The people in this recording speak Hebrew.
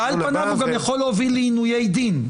ועל פניו הוא גם יכול להביא לעינויי דין,